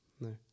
No